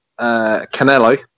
Canelo